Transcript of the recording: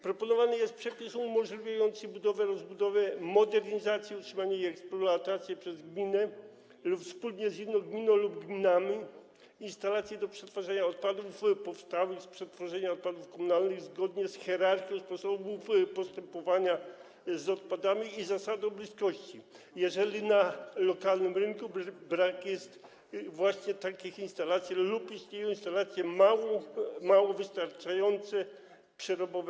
Proponowany jest przepis umożliwiający budowę, rozbudowę, modernizację, utrzymanie i eksploatację przez gminę lub wspólnie z inną gminą lub gminami instalacji do przetwarzania odpadów powstałych z przetworzenia odpadów komunalnych zgodnie z hierarchią sposobów postępowania z odpadami i zasadą bliskości, jeżeli na lokalnym rynku brak jest właśnie takich instalacji lub jeśli istniejące instalacje mają niewystarczające moce przerobowe.